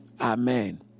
amen